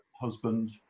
husband